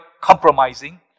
compromising